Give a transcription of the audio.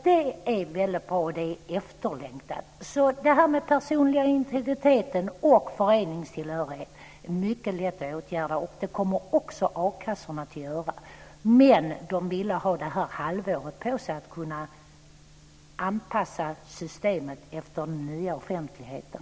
Det är väldigt bra, och det är efterlängtat. Det här med den personliga integriteten och föreningstillhörigheten är alltså mycket lätt att åtgärda. Det kommer också a-kassorna att göra. Men de ville ha det här halvåret på sig för att kunna anpassa systemet efter den nya offentligheten.